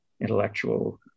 intellectual